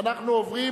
ואנחנו עוברים